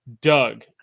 Doug